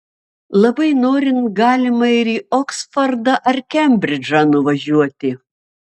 labai norint galima ir į oksfordą ar kembridžą nuvažiuoti